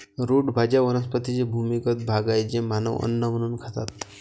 route भाज्या वनस्पतींचे भूमिगत भाग आहेत जे मानव अन्न म्हणून खातात